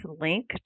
link